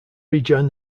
rejoin